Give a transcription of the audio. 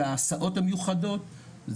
זה ההסעות המיוחדות,